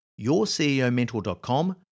yourceomentor.com